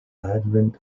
advent